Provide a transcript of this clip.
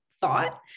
thought